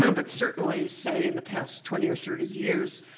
um but certainly say in the past twenty or thirty years,